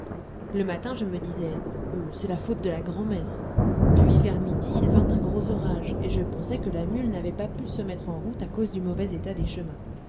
le matin je me disais c'est la faute de la grand'messe puis vers midi il vint un gros orage et je pensai que la mule n'avait pas pu se mettre en route à cause du mauvais état des chemins